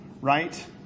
Right